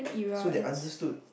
so they understood